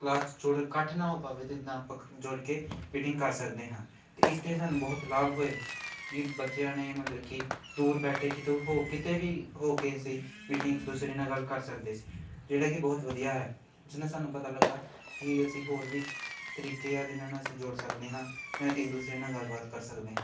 class ਇਕੱਠ ਨਾ ਹੋ ਪਾਵੇ ਅਤੇ ਨਾ ਜੁੜ ਕੇ ਮੀਟਿੰਗ ਕਰ ਸਕਦੇ ਹਾਂ ਤਾਂ ਇਸ 'ਤੇ ਸਾਨੂੰ ਬਹੁਤ ਲਾਭ ਹੋਏ ਕਿ ਬੱਚਿਆਂ ਨੇ ਮਤਲਬ ਕਿ ਦੂਰ ਬੈਠੇ ਕਿਤੋ ਕਿਤੇ ਵੀ ਹੋ ਕੇ ਅਸੀਂ ਮੀਟਿੰਗ ਇੱਕ ਦੂਸਰੇ ਨਾਲ ਗੱਲ ਕਰ ਸਕਦੇ ਸੀ ਜਿਹੜੇ ਕਿ ਬਹੁਤ ਵਧੀਆ ਹੈ ਜਿਸ ਨਾਲ ਸਾਨੂੰ ਪਤਾ ਲੱਗਾ ਕਿ ਅਸੀਂ ਹੋਰ ਵੀ ਤਰੀਕੇ ਆ ਜਿਹਨਾਂ ਨਾਲ ਅਸੀਂ ਜੁੜ ਸਕਦੇ ਹਾਂ ਜਾਂ ਇੱਕ ਦੂਸਰੇ ਨਾਲ ਗੱਲਬਾਤ ਕਰ ਸਕਦੇ ਹਾਂ